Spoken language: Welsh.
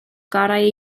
gorau